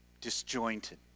disjointed